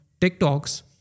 TikToks